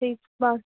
ठीक बस